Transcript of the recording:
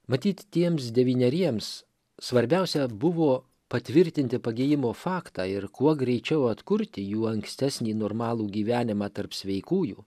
matyt tiems devyneriems svarbiausia buvo patvirtinti pagijimo faktą ir kuo greičiau atkurti jų ankstesnį normalų gyvenimą tarp sveikųjų